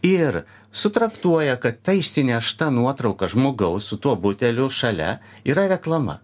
ir su traktuoja kad ta išsinešta nuotrauka žmogaus su tuo buteliu šalia yra reklama